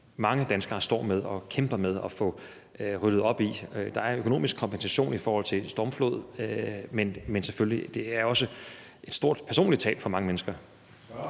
mange danskere står med og kæmper med at få ryddet op i. Der er økonomisk kompensation ved stormflod, men selvfølgelig er det også et stort personligt tab for mange mennesker.